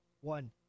One